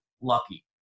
lucky